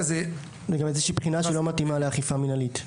זו גם איזושהי בחינה שהיא לא מתאימה לאכיפה מינהלית.